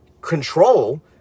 control